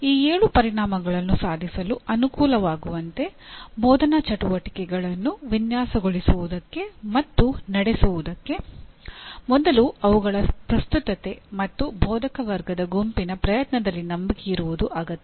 ಈ ಏಳು ಪರಿಣಾಮಗಳನ್ನು ಸಾಧಿಸಲು ಅನುಕೂಲವಾಗುವಂತೆ ಬೋಧನಾ ಚಟುವಟಿಕೆಗಳನ್ನು ವಿನ್ಯಾಸಗೊಳಿಸುವುದಕ್ಕೆ ಮತ್ತು ನಡೆಸುವುದಕ್ಕೆ ಮೊದಲು ಅವುಗಳ ಪ್ರಸ್ತುತತೆ ಮತ್ತು ಬೋಧಕವರ್ಗದ ಗುಂಪಿನ ಪ್ರಯತ್ನದಲ್ಲಿ ನಂಬಿಕೆ ಇರುವುದು ಅಗತ್ಯ